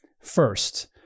First